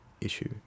issue